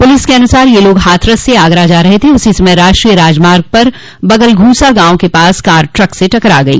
police के अनुसार यह लोग हाथरस से आगरा जा रहे थे उसी समय राष्ट्रीय राजमार्ग पर बगलघूसा गांव के पास कार ट्रक से टकरा गई